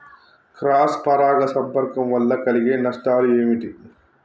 Cross పరాగ సంపర్కం వల్ల కలిగే నష్టాలు ఏమిటి?